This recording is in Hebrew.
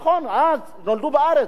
נכון, נולדו בארץ.